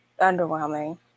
underwhelming